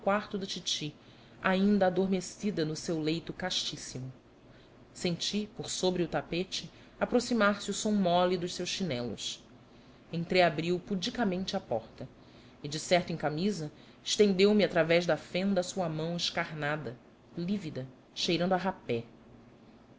da titi ainda adormecida no seu leito castíssimo senti por sobre o tapete aproximar-se o som mole dos seus chinelos entreabriu pudicamente a porta e decerto em camisa estendeu-me através da fenda a sua mão escamada lívida cheirando a rapé